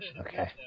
Okay